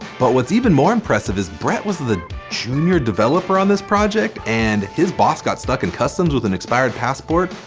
but what's even more impressive is brett was the junior developer on this project and his boss got stuck in customs with an expired passport.